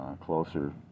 closer